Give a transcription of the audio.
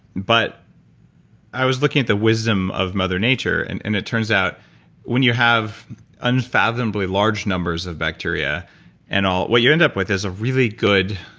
but i was looking at the wisdom of mother nature, and and it turns out when you have unfathomably large numbers of bacteria and all, what you end up with is a really good